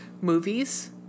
movies